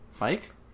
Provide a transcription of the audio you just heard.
Mike